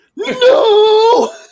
No